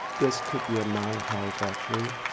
this could be a menghai factory.